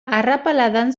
arrapaladan